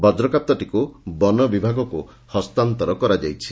ବଜ୍ରକାପ୍ତାଟିକୁ ବନବିଭାଗକୁ ହସ୍ତାନ୍ତର କରାଯାଇଛି